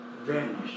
vanished